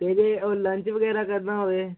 ਤੇ ਜੇ ਉਹ ਲੰਚ ਵਗੈਰਾ ਕਰਨਾ ਹੋਵੇ